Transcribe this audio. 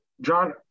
John